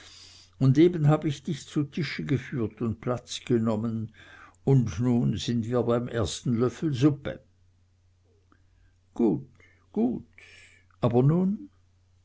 und eben hab ich dich zu tische geführt und platz genommen und nun sind wir beim ersten löffel suppe gut gut aber nun